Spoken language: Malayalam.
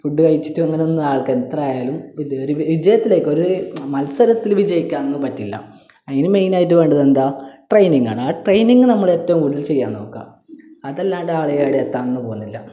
ഫുഡ്ഡ് കഴിച്ചിട്ടും അങ്ങനെയൊന്നും ആൾക്ക് എത്ര ആയാലും ഇപ്പം ഇതു ഒര് വിജയത്തിലേയ്ക്ക് ഒരു മത്സരത്തിൽ വിജയിക്കാനൊന്നും പറ്റില്ല അതിനു മെയ്നായിട്ട് വേണ്ടത് എന്താ ട്രെയ്നിങ്ങാണ് ആ ട്രെയ്നിങ്ങ് ആണ് ആ ട്രെയ്നിങ്ങ് നമ്മൾ ഏറ്റവും കൂടുതൽ ചെയ്യാൻ നോക്കാം അതല്ലാണ്ട് ആൾ എവിടെ എത്താനൊന്നും പോകുന്നില്ല